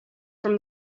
from